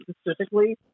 specifically